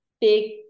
big